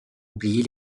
oublier